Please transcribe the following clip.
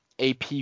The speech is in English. AP